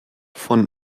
von